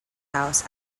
house